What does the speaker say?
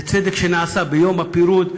זה צדק שנעשה ביום הפירוד,